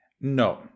No